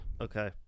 Okay